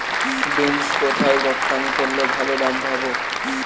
Beans কোথায় রপ্তানি করলে ভালো দাম পাব?